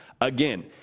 Again